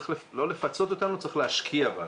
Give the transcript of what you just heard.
צריך לא לפצות אותנו, צריך להשקיע בנו.